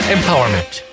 Empowerment